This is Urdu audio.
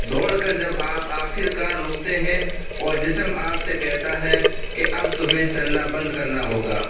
دوڑ کر جب آپ آخرکار رکتے ہیں اور جسم آپ سے کہتا ہے کہ اب تمہیں چلنا بند کرنا ہوگا